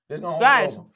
Guys